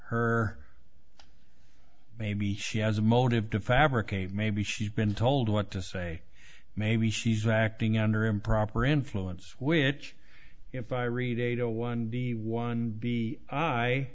or maybe she has a motive to fabricate maybe she's been told what to say maybe she's acting under improper influence which if i read a to one the one be i